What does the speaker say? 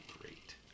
great